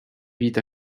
vite